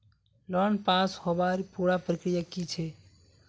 Loan pass होबार पुरा प्रक्रिया की छे?